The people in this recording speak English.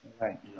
right